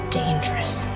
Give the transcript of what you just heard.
dangerous